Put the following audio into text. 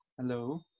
Hello